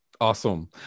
Awesome